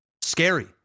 Scary